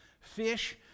fish